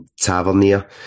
Tavernier